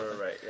Right